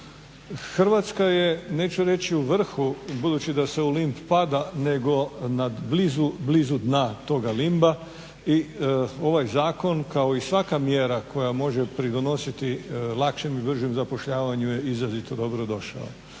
Hrvatska je neću reći u vrhu budući da se u limb pada nego blizu dna toga limba i ovaj zakon kao i svaka mjera koja može pridonositi lakšem i bržem zapošljavanju je izrazito dobro došao.